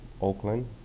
Oakland